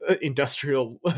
industrial